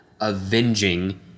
avenging